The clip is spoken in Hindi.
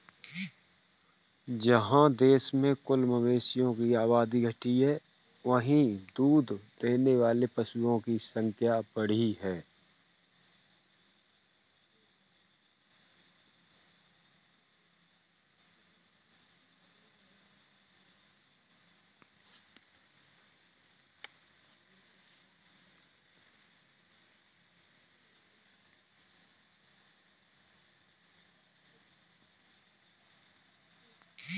जहाँ देश में कुल मवेशियों की आबादी घटी है, वहीं दूध देने वाले पशुओं की संख्या बढ़ी है